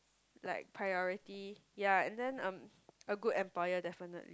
like priority ya and then um a good employer definitely